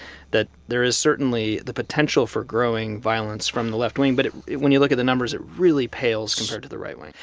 that there is certainly the potential for growing violence from the left wing. but it when you look at the numbers, it really pales compared to the right wing.